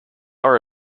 are